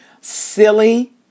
Silly